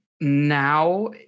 now